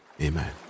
amen